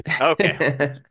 Okay